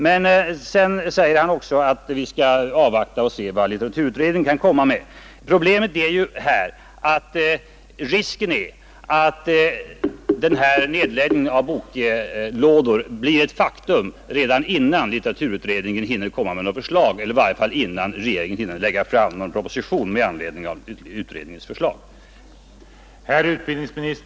Men sedan säger han också att vi skall avvakta och se vad litteraturutredningen kan komma fram till. Risken är bara att nedläggningen av boklådor blir ett faktum redan innan litteraturutredningen hinner komma med något förslag och regeringen hinner lägga fram någon proposition i anledning av detta.